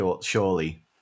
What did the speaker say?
Surely